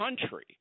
country